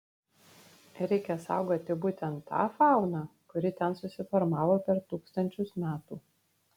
reikia saugoti būtent tą fauną kuri ten susiformavo per tūkstančius metų